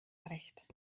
recht